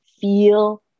feel